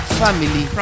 family